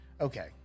okay